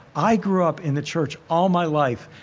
i grew up in the church all my life.